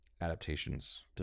Adaptations